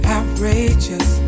Outrageous